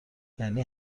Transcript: یعنی